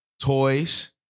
toys